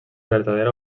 vertadera